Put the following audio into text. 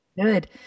good